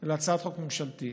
אלא הצעת חוק ממשלתית.